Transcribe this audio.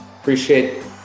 Appreciate